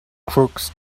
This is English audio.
crooks